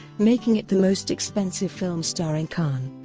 making it the most expensive film starring khan.